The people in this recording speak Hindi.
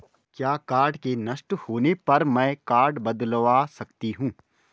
क्या कार्ड के नष्ट होने पर में कार्ड बदलवा सकती हूँ?